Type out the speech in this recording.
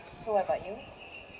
so what about you